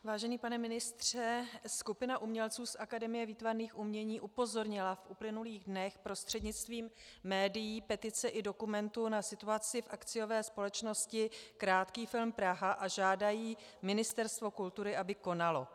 Vážený pane ministře, skupina umělců z Akademie výtvarných umění upozornila v uplynulých dnech prostřednictvím médií, petice i dokumentů na situaci v akciové společnosti Krátký film Praha a žádají Ministerstvo kultury, aby konalo.